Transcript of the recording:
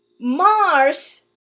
Mars